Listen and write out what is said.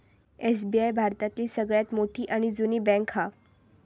SBI भारतातली सगळ्यात मोठी आणि जुनी बॅन्क हा